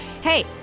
Hey